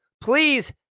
please